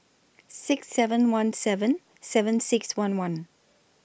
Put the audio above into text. six seven one seven seven six one one